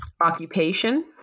Occupation